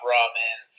Ramen